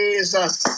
Jesus